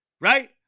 right